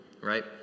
right